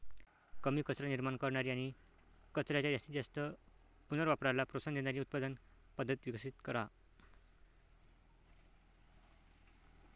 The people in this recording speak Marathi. कमी कचरा निर्माण करणारी आणि कचऱ्याच्या जास्तीत जास्त पुनर्वापराला प्रोत्साहन देणारी उत्पादन पद्धत विकसित करा